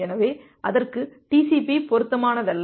எனவே அதற்கு TCP பொருத்தமானதல்ல